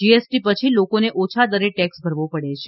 GST પછી લોકોને ઓછા દરે ટેક્સ ભરવો પડે છે